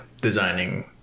designing